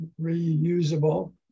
reusable